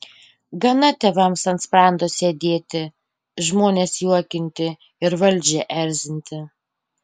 gana tėvams ant sprando sėdėti žmones juokinti ir valdžią erzinti